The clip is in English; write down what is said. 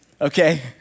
okay